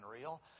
real